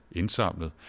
indsamlet